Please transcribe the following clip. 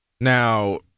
now